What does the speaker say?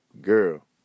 girl